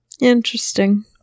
Interesting